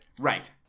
Right